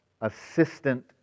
assistant